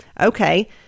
okay